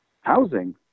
housing